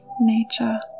nature